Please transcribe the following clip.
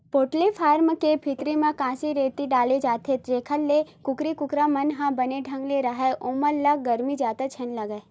poultry farm के भीतरी म कांदी, रेती डाले जाथे जेखर ले कुकरा कुकरी मन ह बने ढंग ले राहय ओमन ल गरमी जादा झन लगय